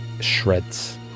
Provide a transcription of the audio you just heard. shreds